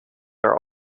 are